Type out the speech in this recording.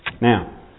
Now